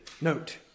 note